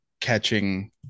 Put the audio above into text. catching